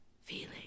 Feeling